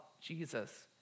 Jesus